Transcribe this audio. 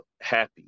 happy